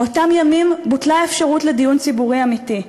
באותם ימים בוטלה האפשרות לדיון ציבורי אמיתי,